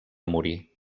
morir